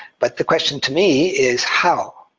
but the question to me is how.